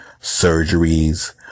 surgeries